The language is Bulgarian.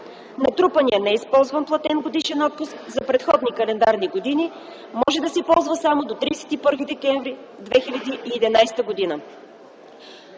Натрупаният неизползван платен годишен отпуск за предходни календарни години може да се ползва само до 31 декември 2011 г.